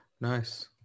Nice